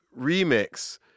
remix